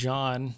John